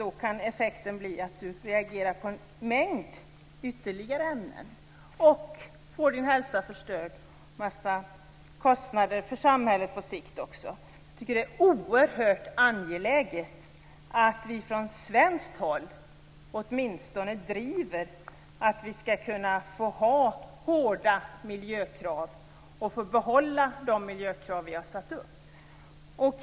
Då kan effekten bli att man reagerar på ytterligare en mängd ämnen och får sin hälsa förstörd, vilket på sikt förorsakar kostnader också för samhället. Det är oerhört angeläget att vi från svenskt håll åtminstone driver att vi skall kunna ha hårda miljökrav och att vi skall kunna behålla de miljökrav som vi har satt upp.